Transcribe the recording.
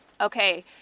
okay